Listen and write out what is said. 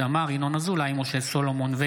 הארנונה לעסקים בצפון,